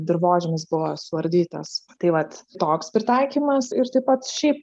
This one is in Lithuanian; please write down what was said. dirvožemis buvo suardytas tai vat toks pritaikymas ir taip pat šiaip